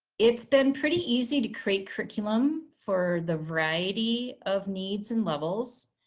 it's been pretty easy to create curriculum for the variety of needs and levels.